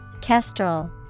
Kestrel